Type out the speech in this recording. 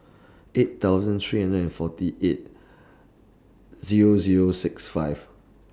eight thousand three hundred and forty eight Zero Zero six five